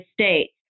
States